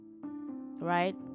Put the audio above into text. Right